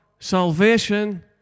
salvation